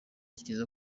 kiza